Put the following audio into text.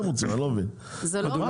זה לא פשוט.